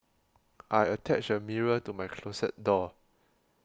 I attached a mirror to my closet door